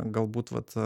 galbūt vat